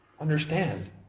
understand